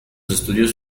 estudios